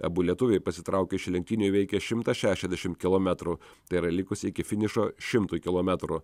abu lietuviai pasitraukė iš lenktynių įveikę šimtą šešiasdešim kilometrų tai yra likus iki finišo šimtui kilometrų